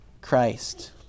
Christ